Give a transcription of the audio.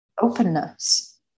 openness